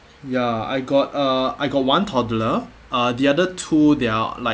ya I got a I got one toddler uh the other two they are like